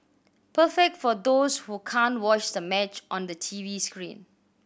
perfect for those who can't watch the match on the T V screen